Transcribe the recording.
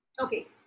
Okay